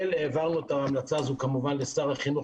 העברנו את ההמלצה הזאת כמובן לשר החינוך,